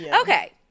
Okay